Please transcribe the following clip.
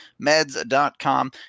meds.com